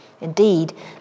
Indeed